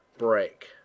break